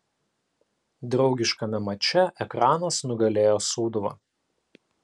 draugiškame mače ekranas nugalėjo sūduvą